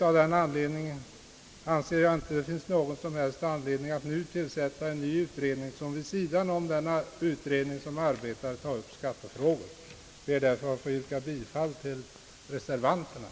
Men jag anser inte att det finns någon som helst anledning att tillsätta en ny utredning, som vid sidan av den arbetande utredningen skulle ta upp skattefrågorna. Jag ber därför att få yrka bifall till reservationen.